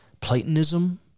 Platonism